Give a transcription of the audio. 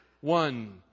one